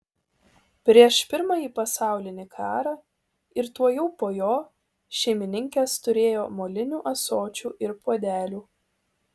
prieš pirmąjį pasaulinį karą ir tuojau po jo šeimininkės turėjo molinių ąsočių ir puodelių